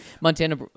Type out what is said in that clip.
Montana